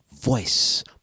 voice